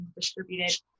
distributed